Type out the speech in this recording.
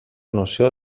noció